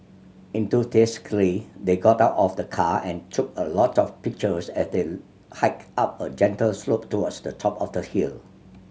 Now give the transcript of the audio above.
enthusiastically they got out of the car and took a lot of pictures as they hiked up a gentle slope towards the top of the hill